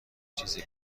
چیزی